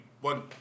one